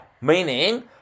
Meaning